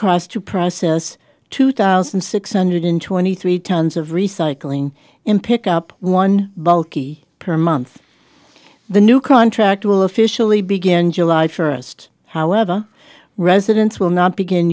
cost to process two thousand six hundred twenty three tons of recycling in pick up one bulky per month the new contract will officially begin july first however residents will not begin